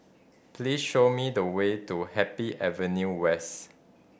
please show me the way to Happy Avenue West